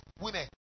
women